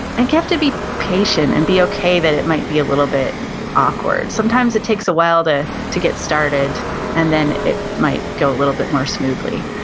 and you have to be patient and be okay that it might be a little bit awkward. sometimes it takes a while to to get started and then it might go a little bit more smoothly.